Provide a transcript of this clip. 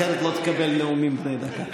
אחרת לא תקבל נאומים בני דקה.